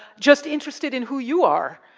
just interested in who you are,